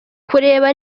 kureba